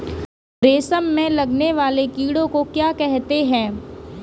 रेशम में लगने वाले कीड़े को क्या कहते हैं?